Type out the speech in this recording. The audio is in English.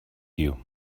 you